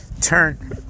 turn